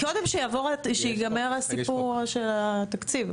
קודם שייגמר הסיפור של התקציב,